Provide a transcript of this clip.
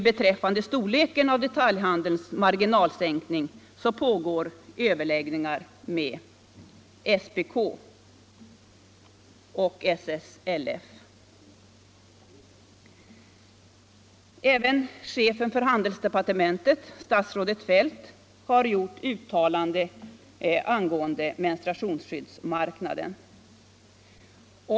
Beträffande storleken av detaljhandelns marginalminskning pågår överläggningar mellan SPK och SSLF. Chefen för handelsdepartementet, statsrådet Feldt, har gjort ett uttalande angående menstruationsskyddsmarknaden.